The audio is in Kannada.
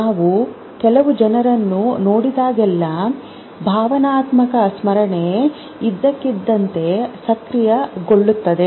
ನಾವು ಕೆಲವು ಜನರನ್ನು ನೋಡಿದಾಗಲೆಲ್ಲಾ ಭಾವನಾತ್ಮಕ ಸ್ಮರಣೆ ಇದ್ದಕ್ಕಿದ್ದಂತೆ ಸಕ್ರಿಯಗೊಳ್ಳುತ್ತದೆ